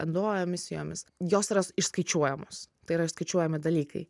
edoe emisijomis jos ras išskaičiuojamos tai yra išskaičiuojami dalykai